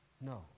no